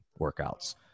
workouts